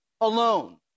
alone